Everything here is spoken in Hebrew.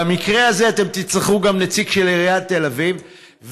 במקרה הזה אתם תצטרכו גם נציג של עיריית תל אביב,